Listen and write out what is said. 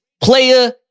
player